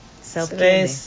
Self-care